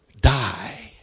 die